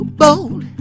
bold